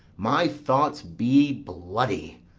my thoughts be bloody,